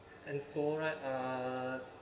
and so right uh